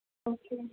okay